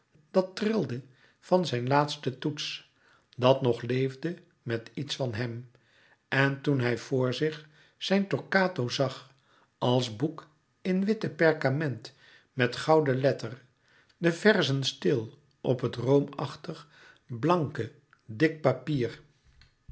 dat trilde van zijn laatsten toets dat nog leefde met iets van hèm en toen hij voor zich zijn torquato zag als boek in witte perkament met gouden letter de verzen stil op het roomachtig blanke dik papier